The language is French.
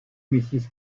mrs